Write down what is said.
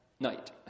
night